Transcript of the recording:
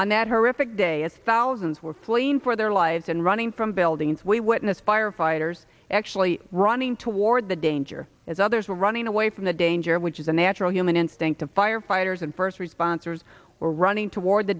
on that horrific day as thousands were fleeing for their lives and running from buildings we witnessed firefighters actually running toward the danger as others were running away from the danger which is the natural human instinct of firefighters and first responders were running toward the